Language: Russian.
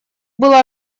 было